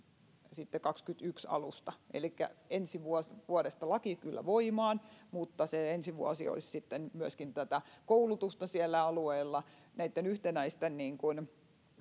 sitten vuoden kaksikymmentäyksi alusta elikkä ensi vuodesta vuodesta laki kyllä voimaan mutta se ensi vuosi olisi sitten myöskin tätä koulutusta siellä alueilla näitten yhtenäisten